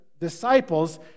disciples